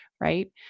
Right